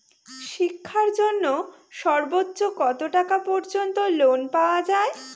শিক্ষার জন্য সর্বোচ্চ কত টাকা পর্যন্ত লোন পাওয়া য়ায়?